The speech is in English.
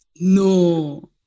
no